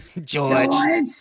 George